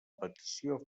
petició